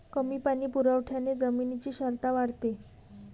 कमी पाणी पुरवठ्याने जमिनीची क्षारता वाढते